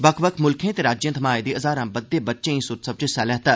बक्ख बक्ख मुल्खें ते राज्यें थमां आए दे हजारां बद्दे बच्चें इस उत्सव च हिस्सा लैता